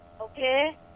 okay